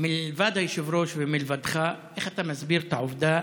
מלבד היושב-ראש ומלבדך, איך אתה מסביר את העובדה